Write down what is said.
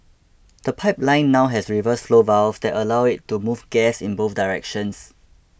the pipeline now has reverse flow valves that allow it to move gas in both directions